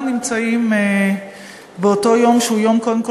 כולנו נמצאים באותו יום שהוא יום,